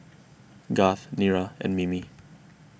Garth Nira and Mimi